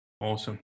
Awesome